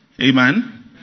amen